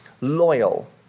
Loyal